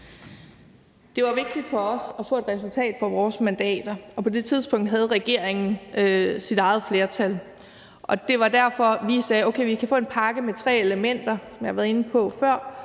Det var vigtigt for os at få et resultat for vores mandater, og på det tidspunkt havde regeringen sit eget flertal. Det var derfor, at vi sagde: Okay, vi kan få en pakke med tre elementer – som jeg har været inde på før